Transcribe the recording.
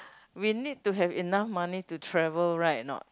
we need to have enough money to travel right not